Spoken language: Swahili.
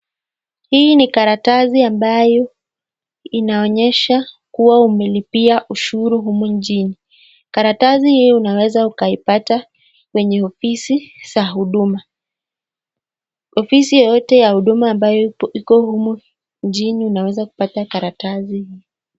Hii ni karatasi ambayo inaonyesha kuwa umelipia ushuru humu nchini. Karatasi hiyo unaweza ukaipata kwenye ofisi za huduma, ofisi yeyote ya huduma ambayo iko humu nchini unaweza pata karatasi hii.